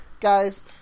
Guys